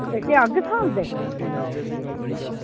ओह् जेह्के अग्ग स्हालदे